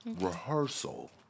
Rehearsal